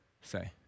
say